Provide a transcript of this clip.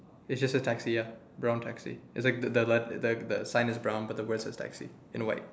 it's just a taxi ya brown taxi it's like the the l~ the the sign is brown but the words is taxi in white